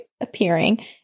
appearing